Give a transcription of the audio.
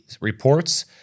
reports